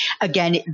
again